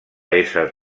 esser